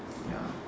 ya